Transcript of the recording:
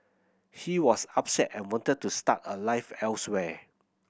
he was upset and wanted to start a life elsewhere